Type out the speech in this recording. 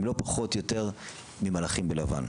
הם לא פחות יותר ממלאכים בלבן.